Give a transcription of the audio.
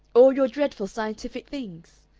all your dreadful scientific things?